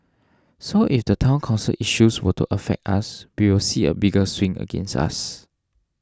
so if the Town Council issues were to affect us we will see a bigger swing against us